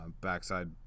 backside